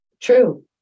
True